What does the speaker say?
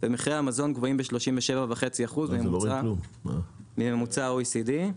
ומחירי המזון גבוהים ב-37.5% מממוצע ה-OECD.